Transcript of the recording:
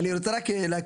אני רוצה להקריא,